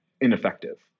ineffective